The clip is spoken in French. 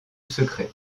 secret